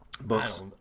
books